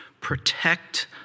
protect